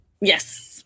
Yes